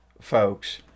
folks